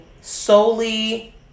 solely